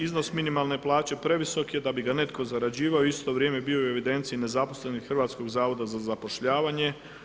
Iznos minimalne plaće previsok je da bi ga netko zarađivao i u isto vrijeme bio u evidenciji nezaposlenih Hrvatskog zavoda za zapošljavanje.